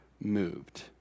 moved